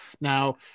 now